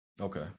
Okay